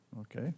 Okay